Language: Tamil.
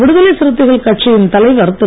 விடுதலை சிறுத்தைகள் கட்சியின் தலைவர் திரு